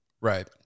Right